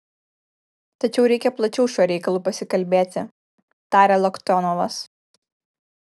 tačiau reikia plačiau šiuo reikalu pasikalbėti tarė loktionovas